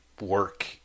work